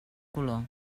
color